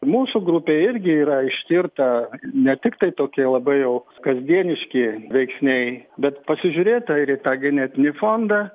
mūsų grupėj irgi yra ištirta ne tik tai tokie labai jau kasdieniški veiksniai bet pasižiūrėta ir į tą genetinį fondą